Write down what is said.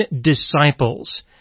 disciples